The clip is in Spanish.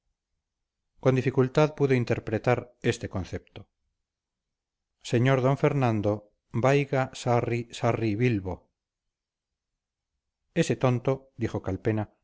con dificultad pudo interpretar este concepto señor don fernando bayga sarri sarri bilbo ese tonto dijo calpena